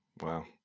wow